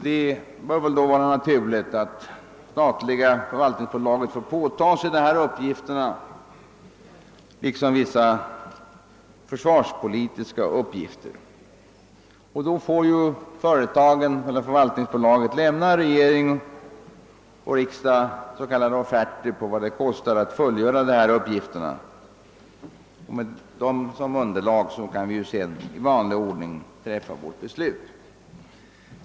Det bör då vara naturligt att det statliga förvaltningsbolaget påtar sig dessa uppgifter liksom vissa försvarspolitiska uppgifter. Företagen eller förvaltningsbolaget får lämna regering och riksdag s.k. offerter på vad det kostar att fullgöra dessa uppgifter, och med dem som underlag kan vi sedan i vanlig ordning träffa vårt beslut.